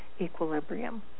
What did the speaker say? equilibrium